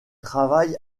travaille